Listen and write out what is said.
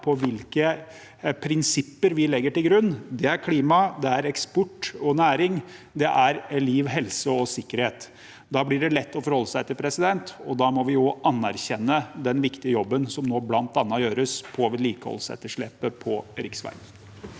på hvilke prinsipper vi legger til grunn. Det er klima, det er eksport og næring, og det er liv, helse og sikkerhet. Da blir det lett å forholde seg til, og da må vi også anerkjenne den viktige jobben som nå bl.a. gjøres på vedlikeholdsetterslepet på riksveinettet.